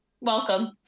Welcome